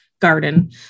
garden